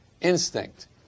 instinct